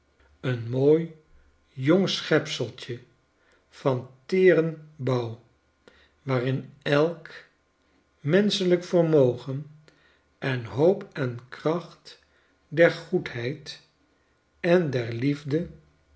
een mooi jong schepseltje van teeren bouw waarin elk menschelik vermogen en hoop en kracht der goedheid en der liefde